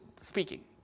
speaking